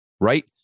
right